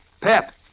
Pep